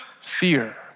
fear